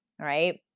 right